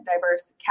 diverse